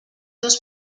dos